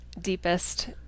deepest